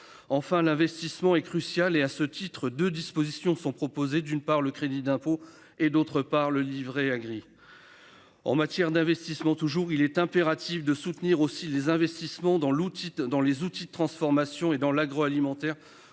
Enfin, l'investissement est cruciale et à ce titre de dispositions sont proposés. D'une part le crédit d'impôt et d'autre part le livret A gris. En matière d'investissements. Toujours il est impératif de soutenir aussi les investissements dans l'otite dans les outils de transformation et dans l'agroalimentaire